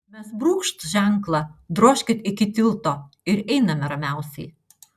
mes brūkšt ženklą drožkit iki tilto ir einame ramiausiai